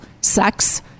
sex